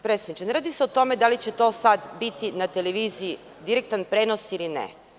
Predsedniče, ne radi se o tome, da li će to sad biti na televiziji, direktan prenos ili ne.